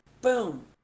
boom